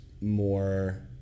more